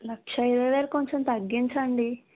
లక్షా ఇరవై వేలు కొంచెం తగ్గించండి